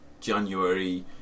January